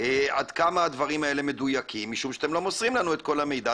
עד כמה הדברים האלה מדויקים משום שאתם לא מוסרים לנו את כל המידע,